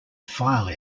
file